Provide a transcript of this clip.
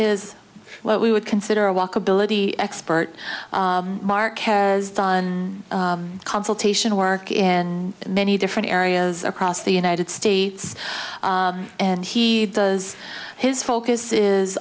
is what we would consider a walkability expert mark has done consultation work in many different areas across the united states and he does his focus